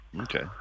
Okay